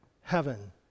Heaven